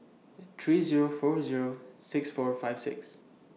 three Zero four Zero six four five six